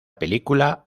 película